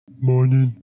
Morning